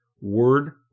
Word